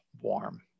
warm